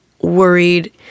worried